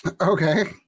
Okay